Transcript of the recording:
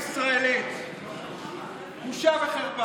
בושה וחרפה.